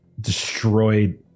destroyed